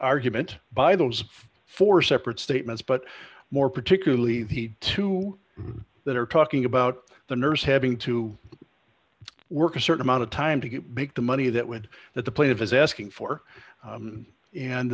argument by those four separate statements but more particularly the two that are talking about the nurse having to work a certain amount of time to make the money that would that the plaintiff is asking for